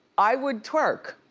i would twerk.